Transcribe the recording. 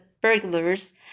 burglars